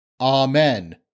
Amen